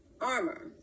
armor